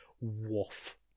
woof